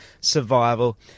survival